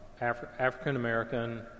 African-American